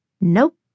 Nope